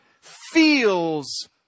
feels